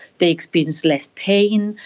they experience less pain,